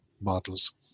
models